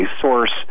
source